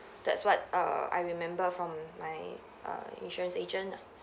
that's what err I remember from my err insurance agent ah